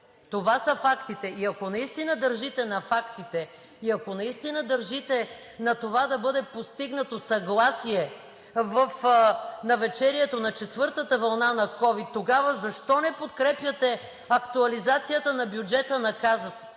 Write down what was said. Това са фактите! И ако наистина държите на фактите и ако наистина държите на това да бъде постигнато съгласие в навечерието на четвъртата ковид вълна, тогава защо не подкрепяте актуализацията на бюджета на Касата?